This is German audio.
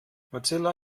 mozilla